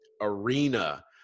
arena